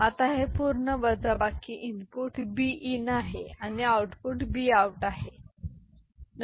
आता हे पूर्ण वजाबाकी इनपुट बी इन आहे आणि आउटपुट बी आउट आहे ठीक आहे